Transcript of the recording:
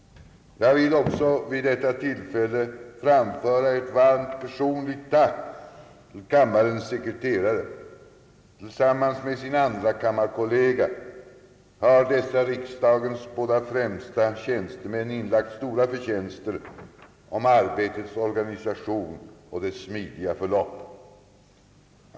Jag vill också vid detta tillfälle framföra ett varmt personligt tack till kammarens sekreterare, som tillsammans med sin andrakammarkollega — riksdagens båda främsta tjänstemän — inlagt stora förtjänster om arbetets organisation och dess smidiga förlopp.